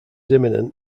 imminent